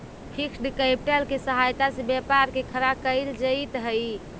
fixed capital के सहायता से व्यापार के खड़ा कईल जइत हई